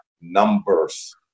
numbers